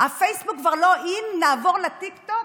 הפייסבוק כבר לא in, נעבור לטיקטוק?